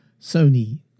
Sony